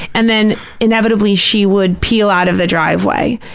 and then, inevitably, she would peel out of the driveway.